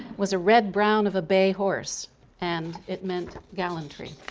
was a red-brown of a bay horse and it meant gallantry.